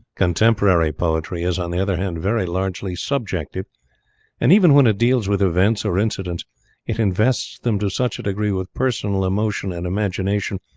contemporary poetry is, on the other hand, very largely subjective and even when it deals with events or incidents it invests them to such a degree with personal emotion and imagination,